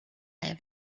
have